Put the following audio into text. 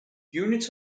units